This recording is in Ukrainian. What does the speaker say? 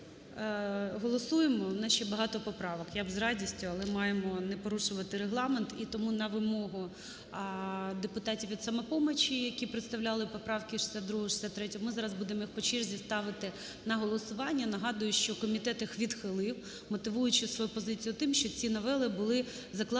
Голосуємо? В нас ще багато поправок, я б з радістю, але маємо не порушувати Регламент. І тому на вимогу депутатів від "Самопомочі", які представляли поправки 62 і 63, ми зараз будемо їх по черзі ставити на голосування. І нагадую, що комітет їх відхилив, мотивуючи свою позицію тим, що ці новели були закладені